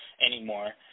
anymore